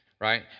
Right